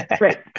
Right